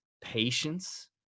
patience